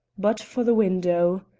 but for the window!